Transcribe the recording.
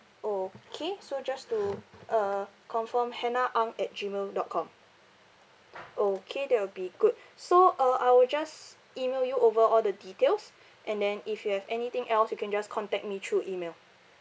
okay so just to uh confirm hannah ang at gmail dot com okay that will be good so uh I will just email you over all the details and then if you have anything else you can just contact me through email